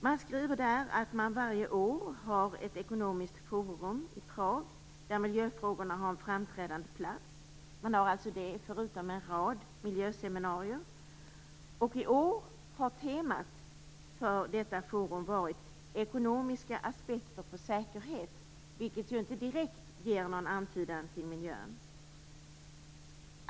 Man skriver där att man varje år har ett ekonomiskt forum i Prag, där miljöfrågorna har en framträdande plats, och man har förutom det en rad miljöseminarier. I år har temat för detta forum varit ekonomiska aspekter på säkerhet, vilket ju inte direkt ger någon anknytning till miljön.